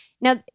Now